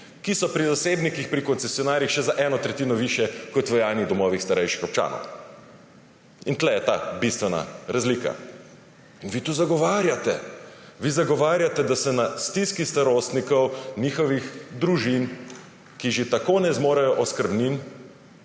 ki so pri zasebnikih, pri koncesionarjih še za eno tretjino višje kot v javnih domovih starejših občanov. Tukaj je ta bistvena razlika. In vi to zagovarjate. Vi zagovarjate, da se na stiski starostnikov, njihovih družin, ki že tako ne zmorejo oskrbnin,